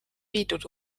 viidud